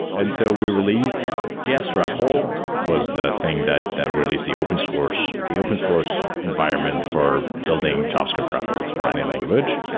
and so, we released js repl, was the thing that that released the open source, the open source environment for building javascript repls for any language.